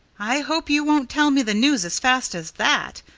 i hope you won't tell me the news as fast as that,